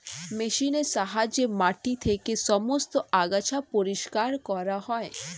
মেশিনের সাহায্যে মাটি থেকে সমস্ত আগাছা পরিষ্কার করা হয়